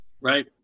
Right